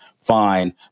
fine